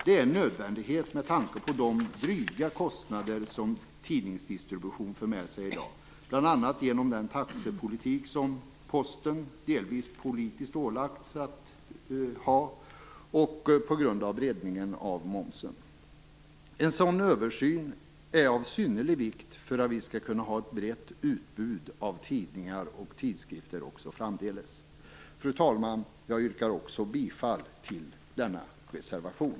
Det är en nödvändighet med tanke på de dryga kostnader som tidningsdistribution för med sig i dag, bl.a. genom den taxepolitik som Posten delvis politiskt ålagts, och på grund av breddningen av momsen. En sådan översyn är av synnerlig vikt för att vi skall kunna ha ett brett utbud av tidningar och tidskrifter också framdeles. Fru talman! Jag yrkar också bifall till denna reservation.